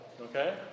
Okay